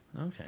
Okay